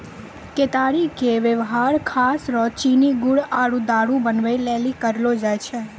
केतारी के वेवहार खास रो चीनी गुड़ आरु दारु बनबै लेली करलो जाय छै